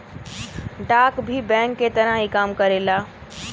डाक भी बैंक के तरह ही काम करेला